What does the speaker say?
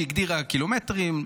שהגדירה קילומטרים,